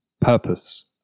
purpose